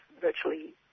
virtually